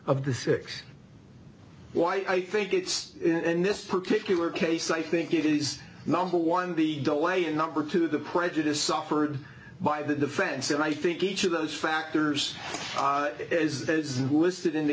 the six why i think it's in this particular case i think it is number one the delay in number two the prejudice suffered by the defense and i think each of those factors is that is listed in the